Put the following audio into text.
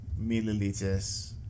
milliliters